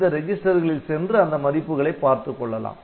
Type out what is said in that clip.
இந்த ரெஜிஸ்டர் களில் சென்று அந்த மதிப்புகளை பார்த்துக்கொள்ளலாம்